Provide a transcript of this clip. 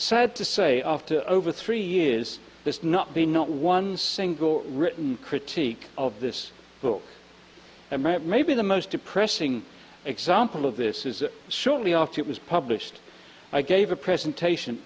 sad to say after over three years there's not been not one single written critique of this book and maybe the most depressing example of this is that shortly after it was published i gave a presentation